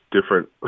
different